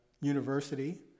university